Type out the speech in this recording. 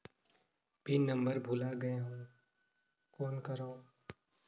Pin number भुला गयें हो कौन करव?